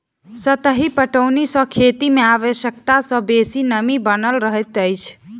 सतही पटौनी सॅ खेत मे आवश्यकता सॅ बेसी नमी बनल रहैत अछि